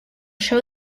show